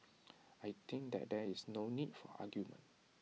I think that there is no need for argument